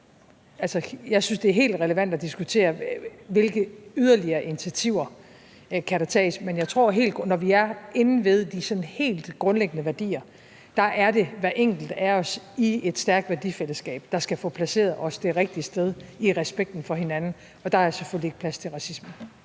Jeg synes, det er helt relevant at diskutere, hvilke yderligere initiativer der kan tages, men jeg tror, at når vi er inde ved de sådan helt grundlæggende værdier, er det hver enkelt af os i et stærkt værdifællesskab, der skal få sig placeret det rigtige sted i respekten for hinanden, og der er selvfølgelig ikke plads til racisme.